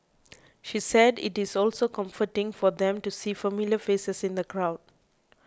she said it is also comforting for them to see familiar faces in the crowd